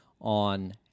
on